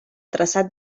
traçat